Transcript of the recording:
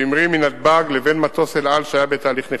שהמריא מנתב"ג לבין מטוס "אל על" שהיה בתהליך נחיתה.